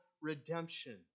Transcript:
redemption